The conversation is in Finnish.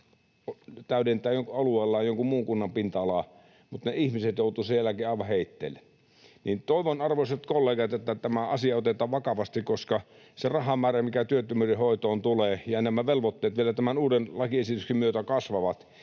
täydentää alueellaan jonkun muun kunnan pinta-alaa — mutta ne ihmiset joutuvat sen jälkeen aivan heitteille. Toivon, arvoisat kollegat, että tämä asia otetaan vakavasti, koska se rahamäärä, mikä työttömyyden hoitoon kuluu, ja nämä velvoitteet vielä tämän uuden lakiesityksen myötä kasvavat.